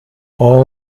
all